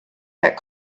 that